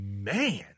Man